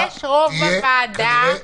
יש רוב בוועדה להצבעה.